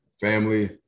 family